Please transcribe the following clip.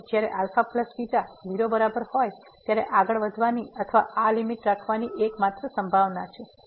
હવે જ્યારે α β 0 બરાબર હોય ત્યારે આગળ વધવાની અથવા આ લીમીટ રાખવાની એક માત્ર સંભાવના છે